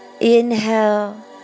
inhale